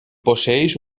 posseeix